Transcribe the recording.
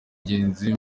ingenzi